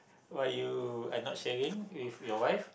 why you are not sharing with your wife